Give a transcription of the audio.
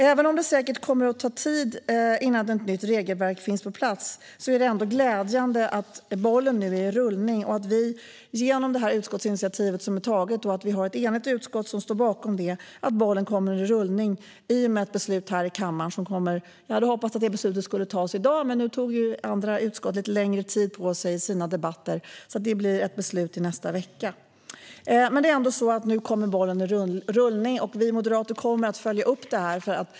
Även om det säkert kommer att ta tid innan ett nytt regelverk finns på plats är det ändå glädjande att bollen nu är i rullning genom det utskottsinitiativ som är taget, och som ett enigt utskott står bakom, och i och med ett beslut här i kammaren. Jag hade hoppats att beslutet skulle fattas i dag. Men nu tog andra utskott lite längre tid på sig i sina debatter, så det blir ett beslut i nästa vecka. Nu kommer som sagt ändå bollen i rullning, och vi moderater kommer att följa upp detta.